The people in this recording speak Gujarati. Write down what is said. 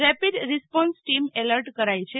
રેપિડ રિસ્પોન્સ ટીમ એલર્ટ કરાઇ છે